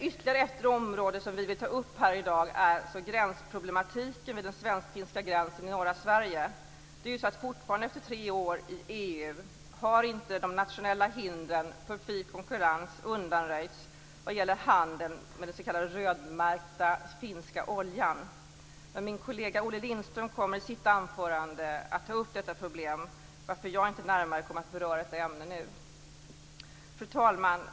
Ytterligare ett område vi vill ta upp i dag är gränsproblematiken vid den svensk-finska gränsen i norra Sverige. Fortfarande efter tre år i EU har inte de nationella hindren för fri konkurrens undanröjts vad gäller handeln med den s.k. rödmärkta finska oljan. Min kollega Olle Lindström kommer i sitt anförande att ta upp detta problem varför jag inte närmare berör detta ämne nu. Fru talman!